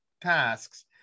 tasks